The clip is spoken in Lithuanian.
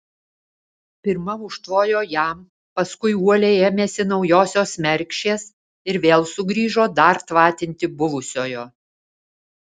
pirma užtvojo jam paskui uoliai ėmėsi naujosios mergšės ir vėl sugrįžo dar tvatinti buvusiojo